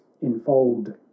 enfold